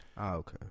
Okay